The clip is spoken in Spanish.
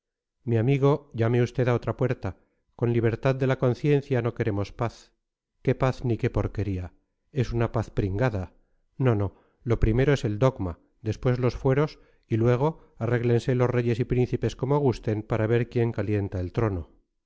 mi amigo llame usted a otra puerta con libertad de la conciencia no queremos paz qué paz ni qué porquería es una paz pringada no no lo primero es el dogma después los fueros y luego arréglense los reyes y príncipes como gusten para ver quién calienta el trono